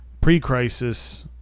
pre-crisis